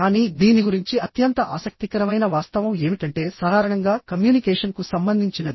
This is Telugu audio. కానీ దీని గురించి అత్యంత ఆసక్తికరమైన వాస్తవం ఏమిటంటే సాధారణంగా కమ్యూనికేషన్కు సంబంధించినది